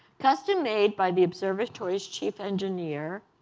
custom made by the observatory's chief engineer,